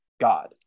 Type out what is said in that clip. God